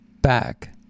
back